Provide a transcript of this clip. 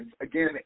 again